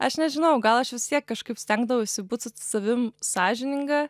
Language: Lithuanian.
aš nežinau gal aš vis tiek kažkaip stengdavausi būt su savim sąžininga